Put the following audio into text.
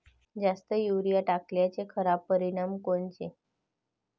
जास्त युरीया टाकल्याचे खराब परिनाम कोनचे?